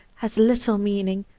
has little meaning